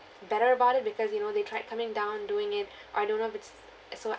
better about it because you know they tried coming down and doing it I don't know if it's so I